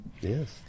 yes